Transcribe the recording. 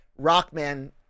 Rockman